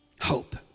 Hope